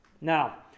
Now